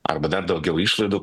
arba dar daugiau išlaidų